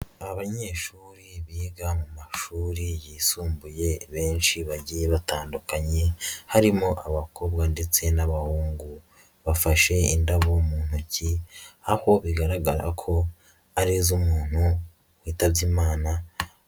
Abanyeshuri biga mu mashuri yisumbuye benshi bagiye batandukanye, harimo abakobwa ndetse n'abahungu, bafashe indabo mu ntoki aho bigaragara ko ari iz'umuntu witabye Imana.